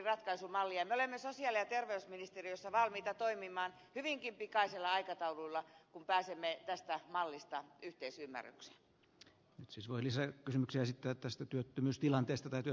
me olemme sosiaali ja terveysministeriössä valmiita toimimaan hyvinkin pikaisella aikataululla kun pääsemme tästä mallista yhteisymmärryksestä sisulisää kysymyksiä esittää tästä työttömyystilanteesta yhteisymmärrykseen